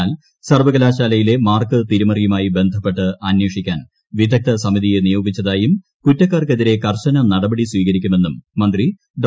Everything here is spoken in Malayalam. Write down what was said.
എന്നാൽ സർവ്വകലാശയിലെ മാർക്കു തിരിമറിയുമായി ബന്ധപ്പെട്ട് അന്വേഷിക്കാൻ വിദഗ്ദ്ധ സമിതിയെ നിയോഗിച്ചതായും കുറ്റക്കാർക്കെതിരെ കർശന നടപടി സ്വീകരിക്കുമെന്നും മന്ത്രി ഡോ